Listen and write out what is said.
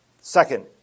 Second